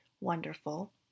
wonderful